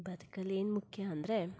ಬದುಕಲ್ಲಿ ಏನು ಮುಖ್ಯ ಅಂದರೆ